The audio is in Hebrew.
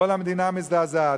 כל המדינה מזדעזעת,